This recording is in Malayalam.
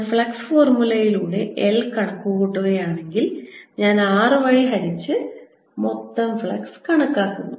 ഞാൻ ഫ്ലക്സ് ഫോർമുലയിലൂടെ L കണക്കുകൂട്ടുകയാണെങ്കിൽ ഞാൻ r വഴി ഹരിച്ച് മൊത്തം ഫ്ലക്സ് കണക്കാക്കുന്നു